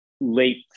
late